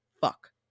fuck